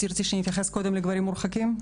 אז אני אתייחס קודם לגברים מורחקים.